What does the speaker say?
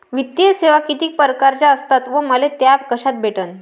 वित्तीय सेवा कितीक परकारच्या असतात व मले त्या कशा भेटन?